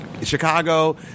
Chicago